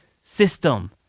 system